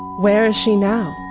where is she now?